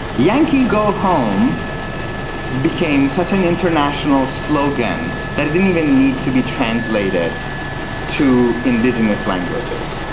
yankee go home became such an international slogan that it didn't even need to be translated to indigenous languages.